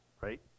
Right